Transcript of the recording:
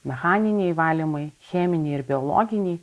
mechaniniai valymai cheminiai ir biologiniai